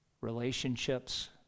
relationships